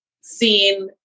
seen